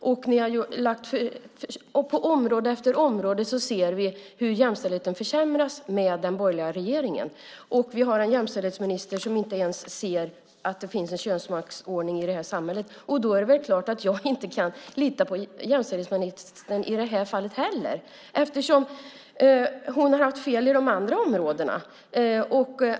På område efter område ser vi hur jämställdheten försämras med den borgerliga regeringen. Vi har en jämställdhetsminister som inte ens ser att det finns en könsmaktsordning i samhället. Då är det klart att jag inte kan lita på jämställdhetsministern i det här fallet heller. Hon har haft fel på andra områden.